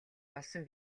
болсон